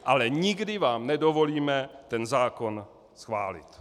Ale nikdy vám nedovolíme ten zákon schválit.